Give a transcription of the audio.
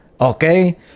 okay